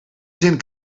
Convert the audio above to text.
zin